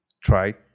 Try